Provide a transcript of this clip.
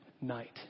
night